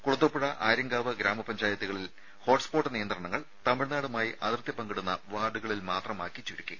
കുളത്തൂപ്പുഴ ആര്യങ്കാവ് ഗ്രാമപഞ്ചായത്തുകളിൽ ഹോട്ട്സ്പോട്ട് നിയന്ത്രണങ്ങൾ തമിഴ്നാടുമായി അതിർത്തി പങ്കിടുന്ന വാർഡുകളിൽ മാത്രമായി ചുരുക്കി